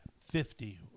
Fifty